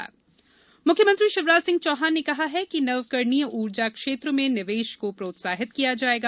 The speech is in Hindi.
नवकरणीय ऊर्जा मुख्यमंत्री शिवराज सिंह चौहान ने कहा है कि नवकरणीय ऊर्जा क्षेत्र में निवेश को प्रोत्साहित किया जाएगा